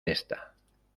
esta